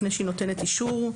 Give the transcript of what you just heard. לפני שהיא נותנת אישור,